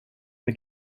med